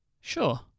sure